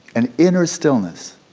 an inner stillness.